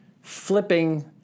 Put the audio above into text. flipping